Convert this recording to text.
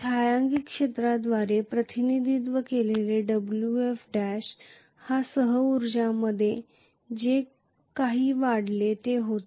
छायांकित क्षेत्राद्वारे प्रतिनिधित्व केलेल्या Wf'या सह उर्जामध्ये जे काही वाढले ते होते